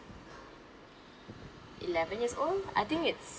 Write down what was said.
eleven years old I think it's